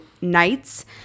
nights